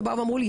שבאו ואמרו לי,